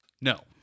No